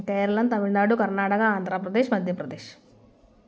Keralam Tamil Nadu Karnataka Andhra Pradesh Madhya Pradesh